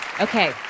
Okay